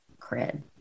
cred